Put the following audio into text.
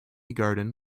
garden